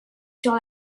sur